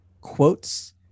quotes